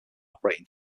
operating